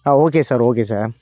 ah okay sir okay sir